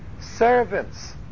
servants